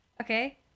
Okay